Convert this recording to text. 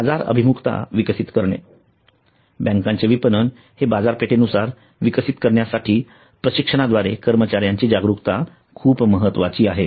बाजाराभिमुखता विकसित करणे बँकांचे विपणन हे बाजारपेठेनुसार विकसित करण्यासाठी प्रशिक्षणाद्वारे कर्मचार्यांची जागरूकता खूप महत्वाची आहे